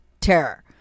terror